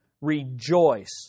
rejoice